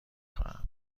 خواهم